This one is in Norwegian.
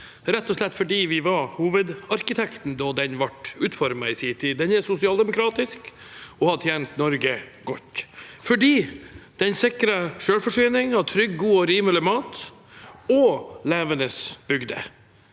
rett og slett fordi vi var hovedarkitekten da den ble utformet i sin tid. Den er sosialdemokratisk og har tjent Norge godt, fordi den sikrer selvforsyning av trygg, god og rimelig mat og levende bygder